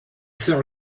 sœur